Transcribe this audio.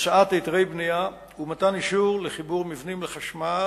היתרי בנייה ומתן אישור לחיבור מבנים לחשמל.